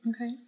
Okay